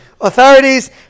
authorities